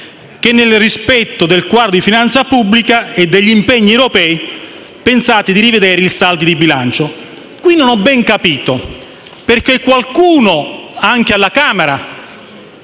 che, nel rispetto del quadro di finanza pubblica e degli impegni europei, pensate di rivedere i saldi di bilancio. Qui non ho ben capito perché qualcuno della